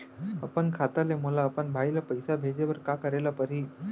अपन खाता ले मोला अपन भाई ल पइसा भेजे बर का करे ल परही?